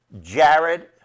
Jared